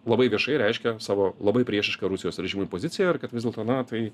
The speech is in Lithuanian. labai viešai reiškia savo labai priešišką rusijos režimui poziciją ir kad vis dėlto na tai